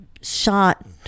shot